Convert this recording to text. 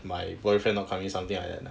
my boyfriend not coming some thing like that